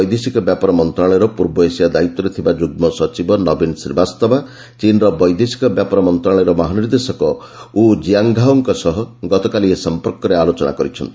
ବୈଦେଶିକ ବ୍ୟାପାର ମନ୍ତ୍ରଣାଳୟର ପୂର୍ବ ଏସିଆ ଦାୟିତ୍ୱରେ ଥିବା ଯୁଗ୍ମ ସଚିବ ନବୀନ ଶ୍ରୀବାସ୍ତବା ଚୀନ୍ର ବୈଦେଶିକ ବ୍ୟାପାର ମନ୍ତ୍ରଣାଳୟର ମହାନିର୍ଦ୍ଦେଶକ ଉ ଜିଆଂଘାଓଙ୍କ ସହ ଗତକାଲି ଏ ସମ୍ପର୍କରେ ଆଲୋଚନା କରିଛନ୍ତି